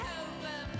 over